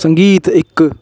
संगीत इक